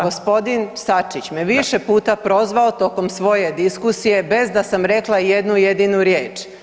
Gospodin Sačić me više puta prozvao tokom svoje diskusije bez da sam rekla jednu jedinu riječ.